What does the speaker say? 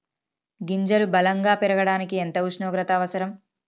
గింజలు బలం గా పెరగడానికి ఎంత ఉష్ణోగ్రత అవసరం?